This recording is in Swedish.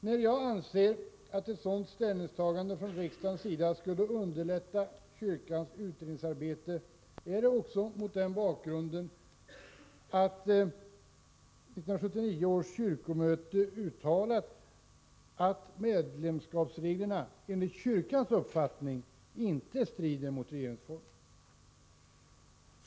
När jag anser att ett sådant ställningstagande från riksdagens sida skulle underlätta kyrkans utredningsarbete, gör jag det också mot den bakgrunden att 1979 års kyrkomöte har uttalat att medlemskapsreglerna, enligt kyrkans uppfattning, inte strider mot regeringsformen.